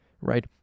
right